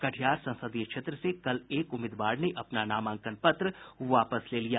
कटिहार संसदीय क्षेत्र से कल एक उम्मीदवार ने अपना नामांकन पत्र वापस ले लिया